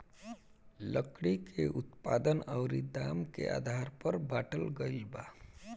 लकड़ी के उत्पादन अउरी दाम के आधार पर बाटल गईल बा